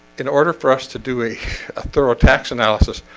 in order for us to do a thorough tax analysis.